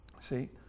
see